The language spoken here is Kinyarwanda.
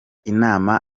inama